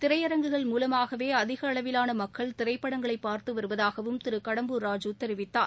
திரையரங்குகள் மூலமாகவே அதிக அளவிவான மக்கள் திரைப்படங்களை பார்த்து வருவதாகவும் திரு கடம்பூர் ராஜூ தெரிவித்தார்